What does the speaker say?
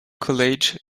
college